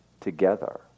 together